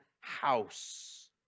house